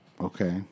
Okay